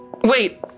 Wait